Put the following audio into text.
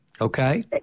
Okay